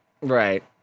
Right